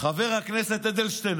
חבר הכנסת אדלשטיין,